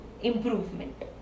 improvement